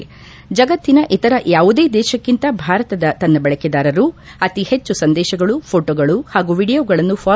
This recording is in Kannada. ಜಗತ್ತಿನ ಇತರ ಯಾವುದೇ ದೇಶಕ್ಕಿಂತ ಭಾರತದ ತನ್ನ ಬಳಕೆದಾರರು ಅತಿ ಹೆಚ್ಚು ಸಂದೇಶಗಳು ಫೋಟೋಗಳು ಹಾಗೂ ವಿಡಿಯೋಗಳನ್ನು ಫಾ